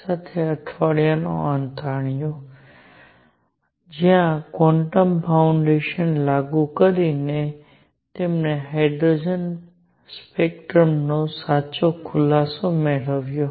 સાથે અઠવાડિયાનો અંત આણ્યો જ્યાં ક્વોન્ટમ ફાઉન્ડેશન લાગુ કરીને તેમણે હાઇડ્રોજન સ્પેક્ટ્રમનો સાચો ખુલાસો મેળવ્યો